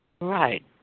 Right